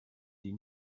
des